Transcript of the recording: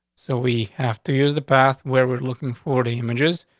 so we have to use the path where we're looking for the images,